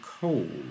cold